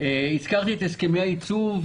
הזכרתי את הסכמי הייצוב,